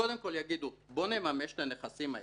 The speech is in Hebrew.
קודם כול יגידו: בוא נממש את הנכסים האלה,